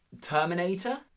Terminator